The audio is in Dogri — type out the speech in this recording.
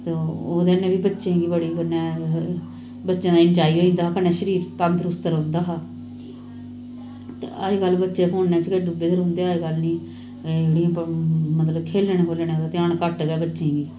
ते ओह् कन्नैं बी बच्चें गी बड़े कन्नै बच्चें दा इन्याज़ होई जंदा हा कन्नै शरीर तंगरुस्त रौंह्दा हा ते अजकल्ल बच्चे फोनै च गै डुब्बे दे रौंह्दे ते अजकल्ल नी एह्कड़े मतलब खेलने खूलनें दा ध्यान घट्ट गै बच्चें गी